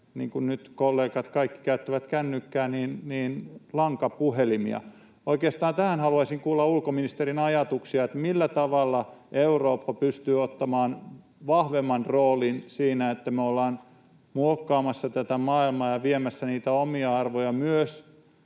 niin kuin nyt kollegat kaikki käyttävät kännykkää, lankapuhelimia. Oikeastaan tähän haluaisin kuulla ulkoministerin ajatuksia: millä tavalla Eurooppa pystyy ottamaan vahvemman roolin siinä, että me ollaan muokkaamassa tätä maailmaa ja viemässä niitä omia arvojamme myös